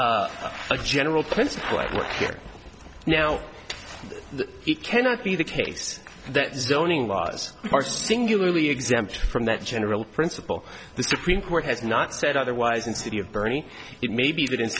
is a general principle here now he cannot be the case that zoning laws are singularly exempt from that general principle the supreme court has not said otherwise in city of bernie it may be that in